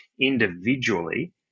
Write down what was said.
individually